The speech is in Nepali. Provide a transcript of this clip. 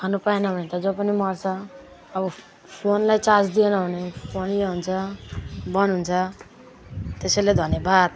खानु पाएन भने त जो पनि मर्छ अब फोनलाई चार्ज दिएन भने फोन यो हुन्छ बन्द हुन्छ त्यसैले धन्यवाद